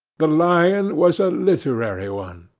the lion was a literary one.